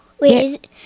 Wait